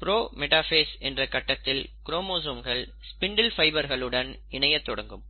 pro metaphase என்ற கட்டத்தில் குரோமோசோம்கள் ஸ்பிண்டில் ஃபைபர்களுடன் இணைய தொடங்கும்